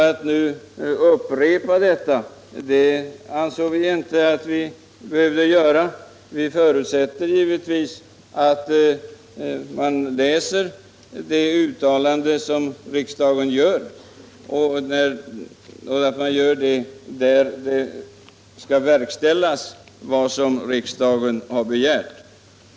Att nu upprepa detta har vi inte ansett oss behöva. Vi förutsätter givetvis att man läser det uttalande som riksdagen redan gjort och verkställer vad riksdagen där har begärt.